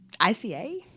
ICA